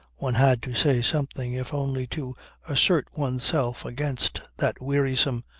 one had to say something if only to assert oneself against that wearisome,